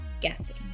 guessing